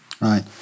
Right